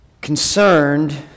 concerned